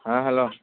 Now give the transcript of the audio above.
ꯍꯥ ꯍꯜꯂꯣ